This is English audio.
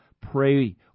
Pray